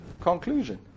conclusion